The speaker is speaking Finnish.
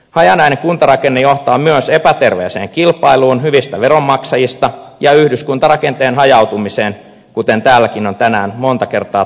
hajanainen kuntarakenne johtaa myös epäterveeseen kilpailuun hyvistä veronmaksajista ja yhdyskuntarakenteen hajautumiseen kuten täälläkin on tänään monta kertaa todettu